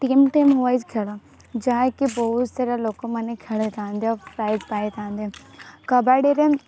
team team wise ଖେଳ ଯାହା କି ବହୁତ ସାରା ଲୋକମାନେ ଖେଳିଆଥାନ୍ତି ଆଉ ପ୍ରାଇଜ୍ ପାଇଥାନ୍ତି କବାଡ଼ିରେ